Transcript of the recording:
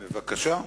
בבקשה.